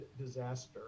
disaster